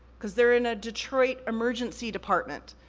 cause they're in a detroit emergency department.